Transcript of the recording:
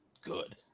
good